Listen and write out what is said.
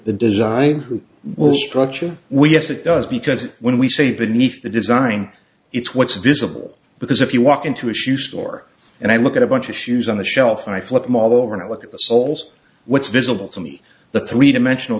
the design who will structure we have it does because when we say beneath the design it's what's visible because if you walk into a shoe store and i look at a bunch of shoes on the shelf i flip them all over and look at the soles what's visible to me the three dimensional